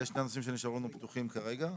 אלה שני הנושאים שנשארו לנו פתוחים כרגע.